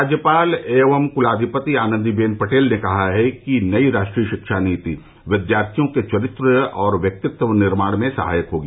राज्यपाल एवं कुलाधिपति आनंदीबेन पटेल ने कहा कि नई राष्ट्रीय शिक्षा नीति विद्यार्थियों के चरित्र और व्यक्तित्व निर्माण में सहायक होगी